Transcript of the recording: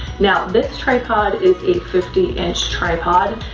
now, this tripod is a fifty inch tripod,